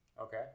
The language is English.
Okay